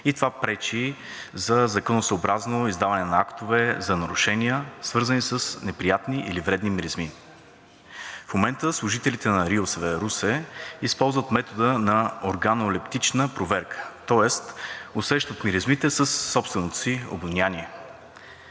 и това пречи за законосъобразно издаване на актове за нарушения, свързани с неприятни или вредни миризми. В момента служителите на РИОСВ – Русе, използват метода на органолептична проверка. Тоест усещат миризмите със собственото си обоняние.